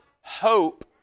hope